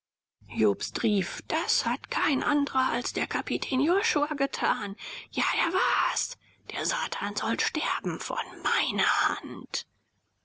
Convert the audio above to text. jobst rief das hat kein andrer als der kapitän josua getan ja er war's der satan soll sterben von meiner hand